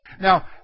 Now